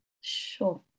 Sure